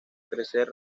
crecer